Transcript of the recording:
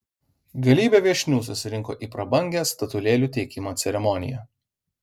galybė viešnių susirinko į prabangią statulėlių teikimo ceremoniją